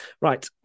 Right